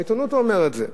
בעיתונות הוא אומר את זה,